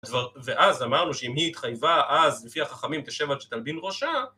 ואז אמרנו שאם היא התחייבה אז לפי החכמים תשב עד שתלבין ראשה